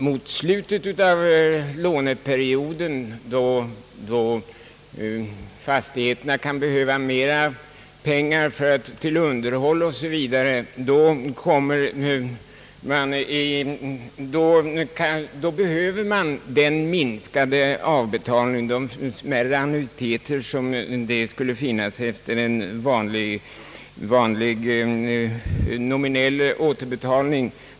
Mot slutet av låneperioden behöver fastigheterna mera pengar till underhåll o. s. v., och då kan det vara önskvärt med minskade avbetalningar och smärre annuiteter, som det skulle bli efter en vanlig nominell återbetalning.